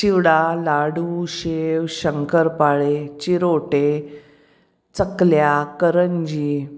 चिवडा ladoo sev shankarpale chirote chaklya करंजी